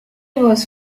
was